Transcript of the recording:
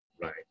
Right